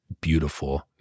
beautiful